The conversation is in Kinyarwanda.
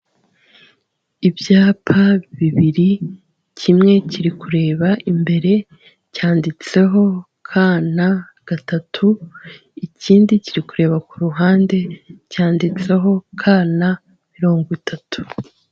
Ibyapa bibiri, kimwe kiri kureba imbere cyanditseho KN3, ikindi kiri kureba ku ruhande cyanditseho KN30.